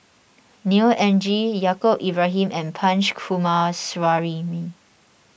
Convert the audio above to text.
Neo Anngee Yaacob Ibrahim and Punch Coomaraswamy